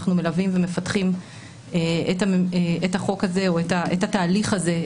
אנחנו מלווים ומפתחים את התהליך הזה,